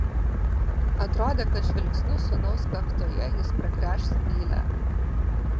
atrodė kad žvilgsniu sūnaus kaktoje jis pragręš skylę